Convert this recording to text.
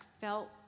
felt